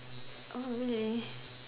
Oh really